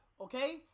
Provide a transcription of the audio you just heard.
okay